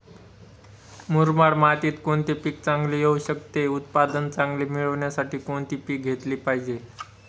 मुरमाड मातीत कोणते पीक चांगले येऊ शकते? उत्पादन चांगले मिळण्यासाठी कोणते पीक घेतले पाहिजे?